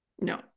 No